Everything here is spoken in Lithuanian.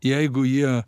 jeigu jie